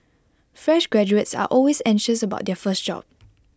fresh graduates are always anxious about their first job